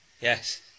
Yes